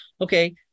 okay